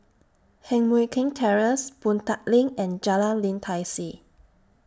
Heng Mui Keng Terrace Boon Tat LINK and Jalan Lim Tai See